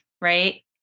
right